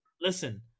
Listen